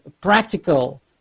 practical